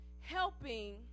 helping